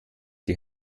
die